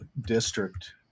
district